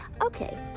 Okay